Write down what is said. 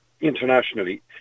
Internationally